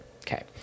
Okay